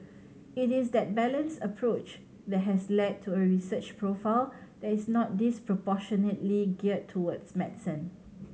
it is that balanced approach that has led to a research profile that is not disproportionately geared towards medicine